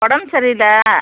உடம்பு சரியில்லை